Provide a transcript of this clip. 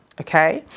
okay